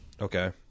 Okay